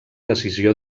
decisió